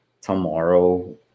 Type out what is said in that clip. tomorrow